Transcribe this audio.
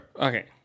Okay